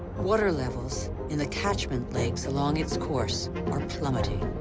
water levels in the catchment lakes along its course are plummeting.